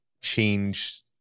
change